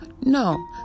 no